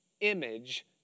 image